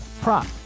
prop